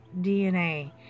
DNA